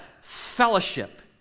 fellowship